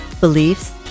beliefs